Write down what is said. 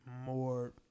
more